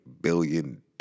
billion